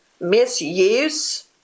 misuse